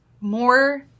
more